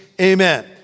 Amen